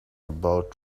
about